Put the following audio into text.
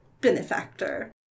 benefactor